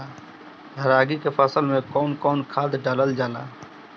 रागी के फसल मे कउन कउन खाद डालल जाला?